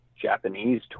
Japanese